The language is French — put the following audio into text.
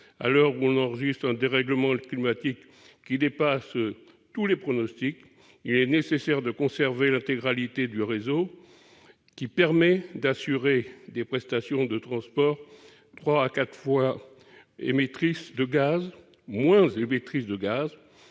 À l'heure où l'on enregistre un dérèglement climatique qui dépasse tous les pronostics, il est nécessaire de conserver l'intégralité d'un réseau qui permet d'assurer des prestations de transport trois à quatre fois moins émettrices de gaz